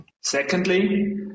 Secondly